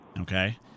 Okay